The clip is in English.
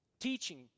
Teaching